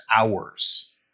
hours